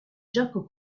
jacques